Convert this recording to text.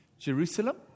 Jerusalem